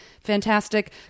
fantastic